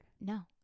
No